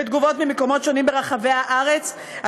ותגובות ממקומות שונים ברחבי הארץ,